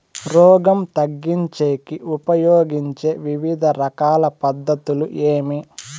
రోగం తగ్గించేకి ఉపయోగించే వివిధ రకాల పద్ధతులు ఏమి?